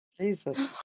Jesus